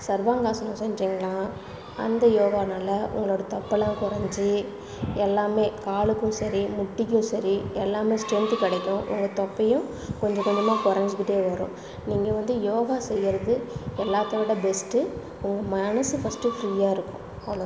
சர்வாங்காசனம் செஞ்சிங்கன்னால் அந்த யோகா நல்லா உங்களோடய தொப்பைலாம் கொறஞ்சு எல்லாமே காலுக்கும் சரி முட்டிக்கும் சரி எல்லாமே ஸ்ட்ரென்த்து கிடைக்கும் உங்கள் தொப்பையும் கொஞ்சம் கொஞ்சமாக கொறைஞ்சிக்கிட்டே வரும் நீங்கள் வந்து யோகா செய்யறது எல்லாத்தை விட பெஸ்ட்டு உங்கள் மனது ஃபஸ்ட்டு ஃப்ரீயாக இருக்கும் அவ்வளோ